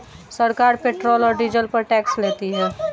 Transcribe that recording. सरकार पेट्रोल और डीजल पर टैक्स लेती है